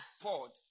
poured